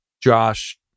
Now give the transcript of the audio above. Josh